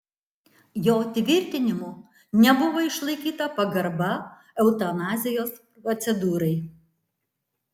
jo tvirtinimu nebuvo išlaikyta pagarba eutanazijos procedūrai